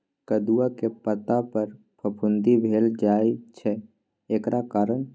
कदुआ के पता पर फफुंदी भेल जाय छै एकर कारण?